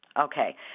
Okay